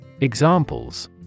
Examples